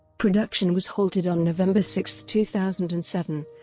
production was halted on november six, two thousand and seven,